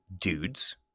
dudes